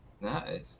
nice